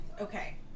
Okay